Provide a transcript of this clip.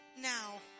now